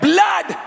Blood